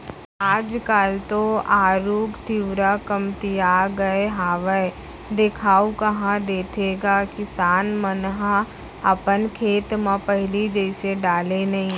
आज काल तो आरूग तिंवरा कमतिया गय हावय देखाउ कहॉं देथे गा किसान मन ह अपन खेत म पहिली जइसे डाले नइ